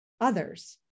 others